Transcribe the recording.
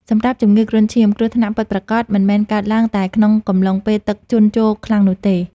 សម្រាប់ជំងឺគ្រុនឈាម គ្រោះថ្នាក់ពិតប្រាកដមិនមែនកើតឡើងតែក្នុងកំឡុងពេលទឹកជន់ជោរខ្លាំងនោះទេ។